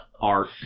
Art